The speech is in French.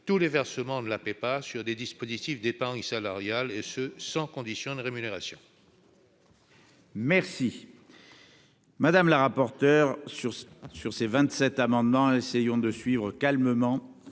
tous les versements de la PEPA sur les dispositifs d'épargne salariale, et ce sans condition de rémunération.